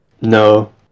No